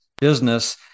business